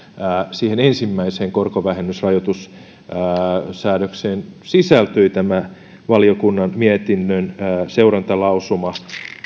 siihen ensimmäiseen korkovähennysrajoitussäädökseen sisältyi tämä valiokunnan mietinnön seurantalausuma